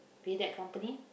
with that company